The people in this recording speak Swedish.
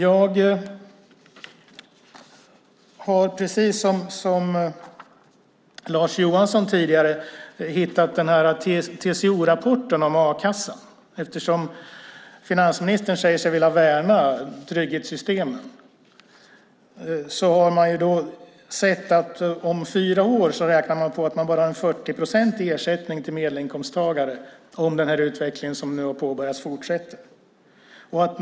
Jag har, precis som Lars Johansson tidigare, hittat TCO-rapporten om a-kassan. Finansministern säger sig ju vilja värna trygghetssystemen. I rapporten räknar man på att man om fyra år har bara en 40-procentig ersättning till en medelinkomsttagare om den utveckling som nu har påbörjats fortsätter.